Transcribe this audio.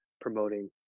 promoting